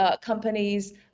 companies